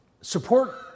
Support